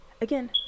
Again